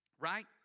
Right